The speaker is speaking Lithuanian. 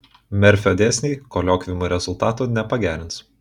merfio dėsniai koliokviumų rezultatų nepagerins